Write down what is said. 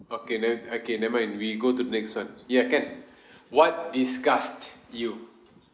okay then okay never mind we go to the next one ya can what disgust you